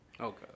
Okay